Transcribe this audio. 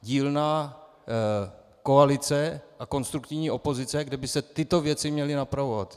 Dílna koalice a konstruktivní opozice, kde by se tyto věci měly napravovat.